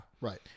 right